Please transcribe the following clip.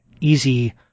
easy